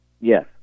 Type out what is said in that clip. Yes